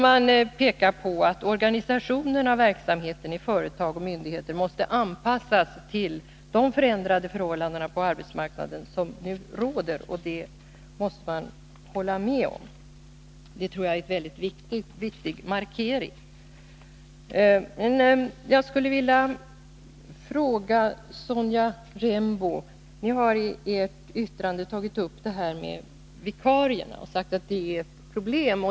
Man pekar på att organisationen av verksamheten i företag och myndigheter måste anpassas till de förändrade förhållanden på arbetsmarknaden som nu råder. Det måste man hålla med om —det tror jag är en väldigt viktig markering. Jag skulle vilja fråga Sonja Rembo en sak. Ni har i ert yttrande tagit upp frågan om vikarierna och sagt att detta är ett problem.